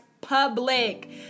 public